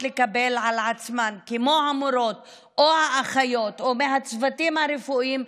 כמו מורות או אחיות או הצוותים הרפואיים,